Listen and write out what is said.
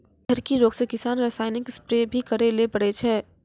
झड़की रोग से किसान रासायनिक स्प्रेय भी करै ले पड़ै छै